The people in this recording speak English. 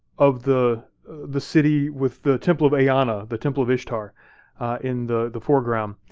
of the the city with the temple of eanna, the temple of ishtar in the the foreground.